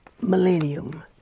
millennium